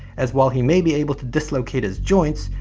as while he may be able to dislocate his joints,